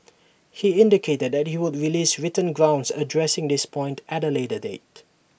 he indicated that he would release written grounds addressing this point at A later date